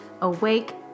awake